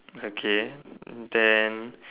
okay and then